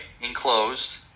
Enclosed